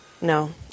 No